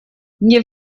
nie